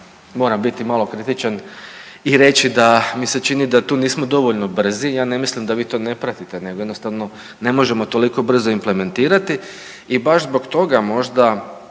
moram biti malo kritičan i reći da mi se čini da tu nismo dovoljno brzi. Ja ne mislim da vi to ne pratite nego jednostavno ne možemo toliko brzo implementirati i baš zbog toga možda